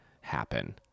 happen